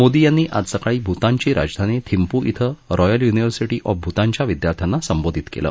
मोदी यांनी आज सकाळी भूतानची राजधानी थिम्पू श्वे रॉयल युनिवर्सिटी ऑफ भूतानच्या विद्यार्थ्यांना संबोधित केलं